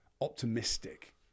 optimistic